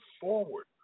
forward